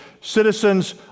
citizens